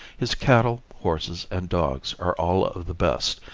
his cattle, horses and dogs are all of the best,